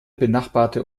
benachbarte